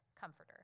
comforter